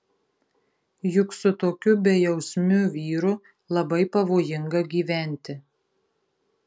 juk su tokiu bejausmiu vyru labai pavojinga gyventi